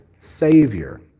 Savior